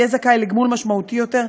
יהיה זכאי לגמול משמעותי יותר,